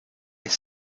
est